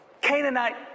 Canaanite